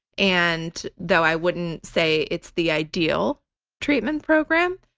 and though i wouldn't say it's the ideal treatment program,